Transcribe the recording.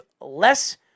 less